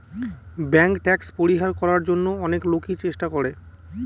bank tax পরিহার করার জন্য অনেক লোকই চেষ্টা করে